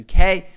UK